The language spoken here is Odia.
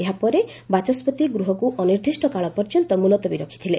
ଏହାପରେ ବାଚସ୍କତି ଗୃହକୁ ଅନିର୍ଦ୍ଦିଷ୍ଟ କାଳ ପର୍ଯ୍ୟନ୍ତ ମୁଲତବୀ ରଖିଥିଲେ